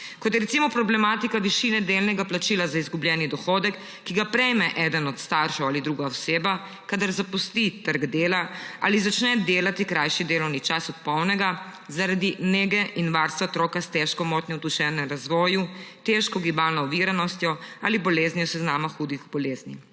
kot je recimo problematika višine delnega plačila za izgubljeni dohodek, ki ga prejme eden od staršev ali druga oseba, kadar zapusti trg dela ali začne delati krajši delovni čas od polnega zaradi nege in varstva otroka s težko motnjo v duševnem razvoju, težko gibalno oviranostjo ali boleznijo s seznama hudih bolezni.